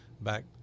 back